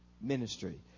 ministry